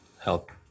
help